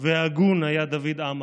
והגון היה דוד עמר.